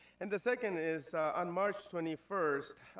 and the second is, on march twenty first,